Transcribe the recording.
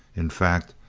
in fact,